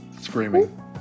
Screaming